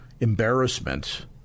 embarrassment